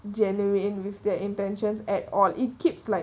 genuine with their intentions at all it keeps like